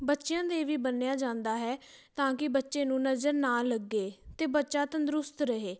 ਬੱਚਿਆਂ ਦੇ ਵੀ ਬੰਨਿਆ ਜਾਂਦਾ ਹੈ ਤਾਂ ਕਿ ਬੱਚੇ ਨੂੰ ਨਜ਼ਰ ਨਾ ਲੱਗੇ ਅਤੇ ਬੱਚਾ ਤੰਦਰੁਸਤ ਰਹੇ